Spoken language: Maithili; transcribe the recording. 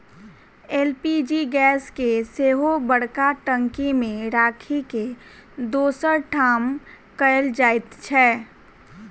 एल.पी.जी गैस के सेहो बड़का टंकी मे राखि के दोसर ठाम कयल जाइत छै